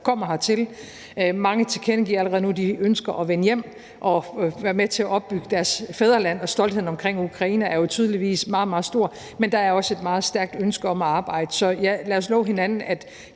allerede nu tilkendegiver, at de ønsker at vende hjem og være med til at opbygge deres fædreland – og stoltheden over Ukraine er tydeligvis meget, meget stor – men der er også et meget stærkt ønske om at arbejde. Så lad os love hinanden, at